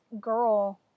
girl